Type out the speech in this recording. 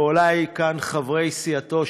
ואולי כאן חברי סיעתו,